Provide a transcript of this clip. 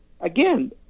Again